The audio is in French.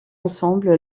ensemble